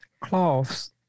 cloths